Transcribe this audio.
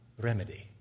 remedy